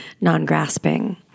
non-grasping